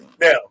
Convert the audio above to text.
Now